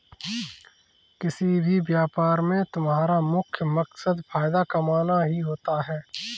किसी भी व्यापार में तुम्हारा मुख्य मकसद फायदा कमाना ही होता है